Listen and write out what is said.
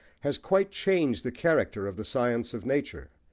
has quite changed the character of the science of nature,